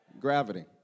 Gravity